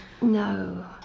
no